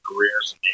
careers